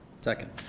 Second